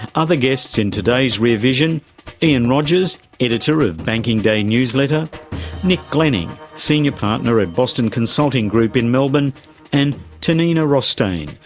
other guests in today's rear vision ian rogers, editor of banking day newsletter nick glenning, senior partner at boston consulting group in melbourne and tanina rostain,